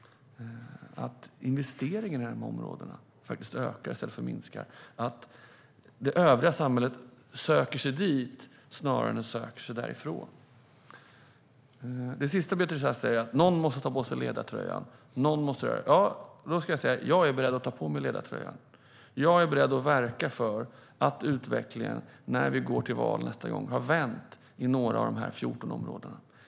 Investeringarna måste öka, inte minska, i dessa områden. Det övriga samhället ska söka sig dit snarare än att söka sig därifrån. Det sista Beatrice Ask sa var att någon måste ta på sig ledartröjan. Jag är beredd att ta på mig ledartröjan. Jag är beredd att verka för att utvecklingen när vi går till val nästa gång har vänt i några av de 14 områdena.